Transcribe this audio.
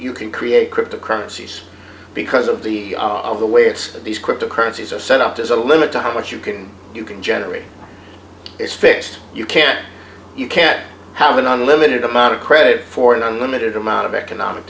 you can create crip the currencies because of the of the way it's the script the currencies are set up there's a limit to how much you can you can generate it's fixed you can't you can't have an unlimited amount of credit for an unlimited amount of economic